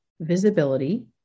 visibility